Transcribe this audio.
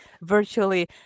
virtually